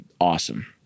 awesome